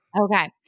Okay